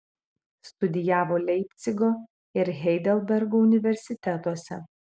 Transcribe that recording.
studijavo leipcigo ir heidelbergo universitetuose